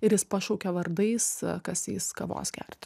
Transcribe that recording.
ir jis pašaukia vardais kas eis kavos gerti